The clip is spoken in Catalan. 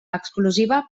exclusiva